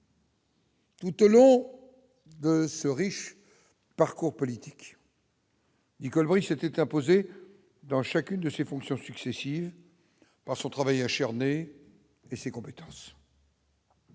Tout à l'heure, ce riche parcours politique. Nicole Bricq s'était imposé dans chacune de ces fonctions successives, par son travail acharné et ses compétences.